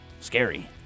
scary